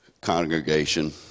congregation